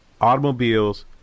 automobiles